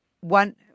One